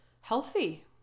healthy